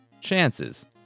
chances